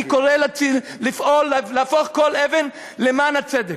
אני קורא לפעול ולהפוך כל אבן למען הצדק.